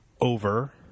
over